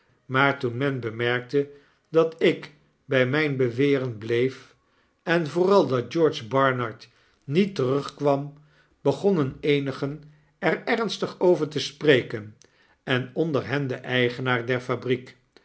maar toen men bemerkte dat ik bij myn beweren bleef en vooral dat george barnard niet terugkwam begonnen eenigen er ernstig over te spreken en onder hen de eigenaar der fabriek